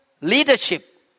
leadership